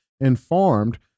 informed